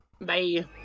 bye